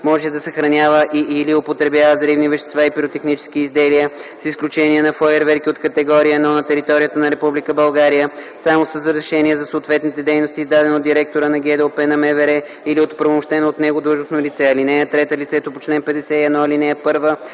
може да съхранява и/или употребява взривни вещества и пиротехнически изделия, с изключение на фойерверки от категория 1, на територията на Република България само с разрешение за съответните дейности, издадено от директора на ГДОП на МВР или от оправомощено от него длъжностно лице. (3) Лицето по чл. 51 ал. 1, получило